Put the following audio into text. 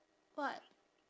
what